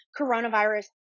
coronavirus